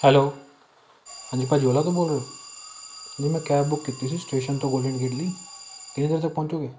hello ਹਾਂਜੀ ਭਾਅ ਜੀ ਓਲਾ ਤੋਂ ਬੋਲ ਰਹੇ ਹੋ ਜੀ ਮੈਂ ਕੈਬ ਬੁੱਕ ਕੀਤੀ ਸੀ ਸਟੇਸ਼ਨ ਤੋਂ ਗੋਲਡਨ ਗੇਟ ਲਈ ਕਿੰਨੀ ਦੇਰ ਤੱਕ ਪਹੁਚੂਗੀ